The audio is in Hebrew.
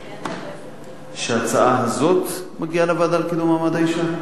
האשה, ההצעה הזאת מגיעה לוועדה לקידום מעמד האשה?